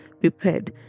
prepared